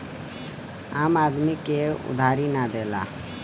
आम आदमी के उधारी ना देला